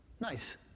Nice